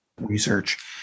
research